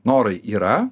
norai yra